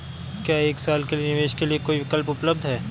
क्या एक साल के निवेश के लिए कोई विकल्प उपलब्ध है?